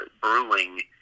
brewing